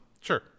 Sure